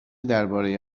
درباره